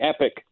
epic